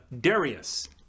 Darius